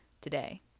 today